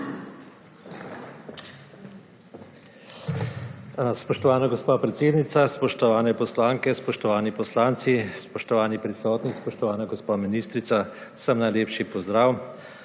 Spoštovana gospa predsednica, spoštovane poslanke, spoštovani poslanci, spoštovani prisotni, spoštovana gospa ministrica, vsem najlepši pozdrav!